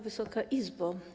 Wysoka Izbo!